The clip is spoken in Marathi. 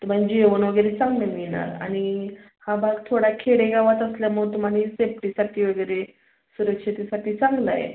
तुम्हाला जेवण वगैरे चांगले मिळणार आणि हा भाग थोडा खेडेगावात असल्यामुळं तुम्हालाही सेप्टीसाठी वगैरे सुरक्षितेसाठी चांगलं आहे